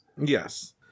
yes